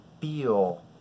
feel